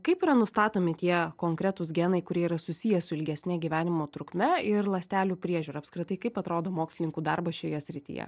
kaip yra nustatomi tie konkretūs genai kurie yra susiję su ilgesne gyvenimo trukme ir ląstelių priežiūra apskritai kaip atrodo mokslininkų darbas šioje srityje